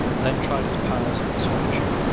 then tried his powers of persuasion.